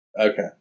Okay